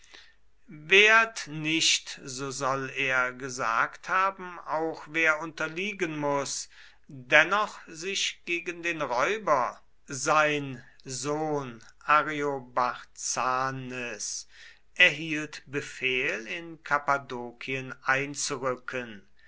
wehrt nicht so soll er gesagt haben auch wer unterliegen muß dennoch sich gegen den räuber sein sohn ariobarzanes erhielt befehl in kappadokien einzurücken